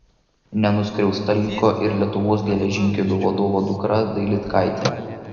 nenuskriausta liko ir lietuvos geležinkelių vadovo dukra dailydkaitė